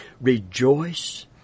Rejoice